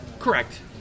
Correct